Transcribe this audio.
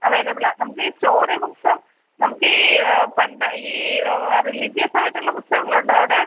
available ആണ് നമുക്ക് ഈ സ്റ്റോറി ബുക്ക്സും നമുക്ക് ഈ പണ്ട് ഈ റിലീജിയസ് ആയിട്ടുള്ള പുസ്തകങ്ങളുണ്ടോ അവിടെ